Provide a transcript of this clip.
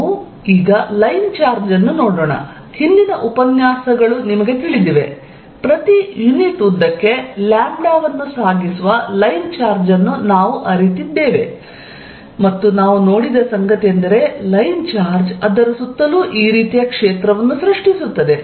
ನಾವು line charge ಅನ್ನು ನೋಡೋಣ ಹಿಂದಿನ ಉಪನ್ಯಾಸಗಳು ನಿಮಗೆ ತಿಳಿದಿವೆ ಪ್ರತಿ ಯೂನಿಟ್ ಉದ್ದಕ್ಕೆ ಲ್ಯಾಂಬ್ಡಾವನ್ನು ಸಾಗಿಸುವ ಲೈನ್ ಚಾರ್ಜ್ ಅನ್ನು ನಾವು ಅರಿತಿದ್ದೇವೆ ಮತ್ತು ನಾವು ನೋಡಿದ ಸಂಗತಿಯೆಂದರೆ ಲೈನ್ ಚಾರ್ಜ್ ಅದರ ಸುತ್ತಲೂ ಈ ರೀತಿಯ ಕ್ಷೇತ್ರವನ್ನು ಸೃಷ್ಟಿಸುತ್ತದೆ